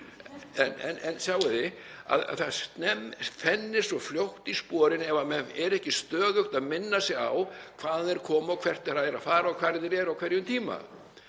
Þið sjáið að það fennir svo fljótt í sporin ef menn eru ekki stöðugt að minna sig á hvaðan þeir komu og hvert þeir eru að fara og hvar þeir eru á hverjum tíma.